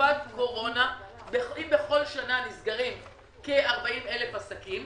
ואם בכל שנה נסגרים כ-40,000 עסקים,